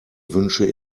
wünsche